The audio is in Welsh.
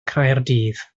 caerdydd